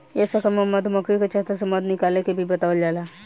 ए शाखा में मधुमक्खी के छता से मध निकाले के भी बतावल जाला